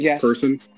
person